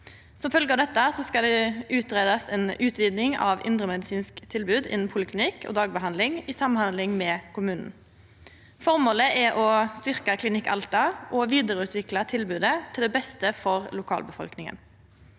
Som følgje av dette skal det utgreiast ei utviding av indremedisinsk tilbod innan poliklinikk og dagbehandling i samhandling med kommunen. Føremålet er å styrkja Klinikk Alta og å vidareutvikla tilbodet til det beste for lokalbefolkninga.